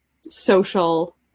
social